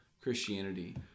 Christianity